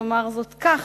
נאמר זאת כך,